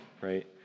right